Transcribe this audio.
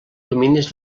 dominis